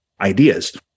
ideas